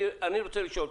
אני רוצה לשאול,